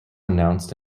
announced